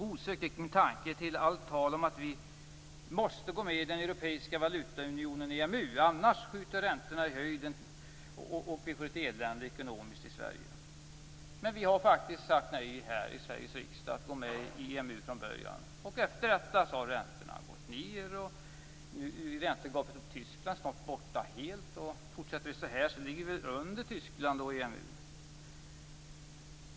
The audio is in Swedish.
Osökt gick min tanke till allt tal om att vi måste gå med i den europeiska valutaunionen EMU, annars skjuter räntorna i höjden och vi får ett ekonomiskt elände i Sverige. Men vi har faktiskt sagt nej här i Sveriges riksdag till att gå med i EMU från början. Efter detta har räntorna gått ned. Räntegapet till Tyskland är snart borta helt. Fortsätter vi så här ligger vi snart lägre än Tyskland och EMU.